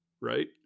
Right